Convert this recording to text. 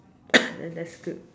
then that's good